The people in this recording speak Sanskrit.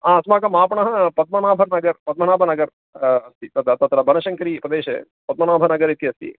आ अस्माकम् आपणः पद्मनाभनगरं पद्मनाभनगरम् अस्ति तद् तत्र बनशङ्करी प्रदेशे पद्मनाभनगरम् इति अस्ति